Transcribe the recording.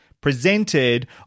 presented